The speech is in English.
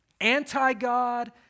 Anti-God